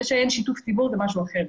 זה שאין שיתוף ציבור, זה משהו אחר.